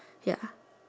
ya